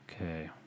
Okay